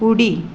उडी